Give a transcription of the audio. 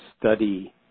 study